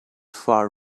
far